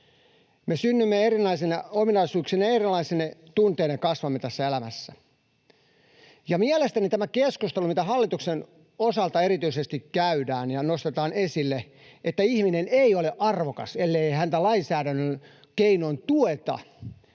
ja erilaisine tunteine kasvamme tässä elämässä, ja mielestäni tämä keskustelu, mitä hallituksen osalta erityisesti käydään ja missä nostetaan esille, että ihminen ei ole arvokas, ellei häntä lainsäädännön keinoin tueta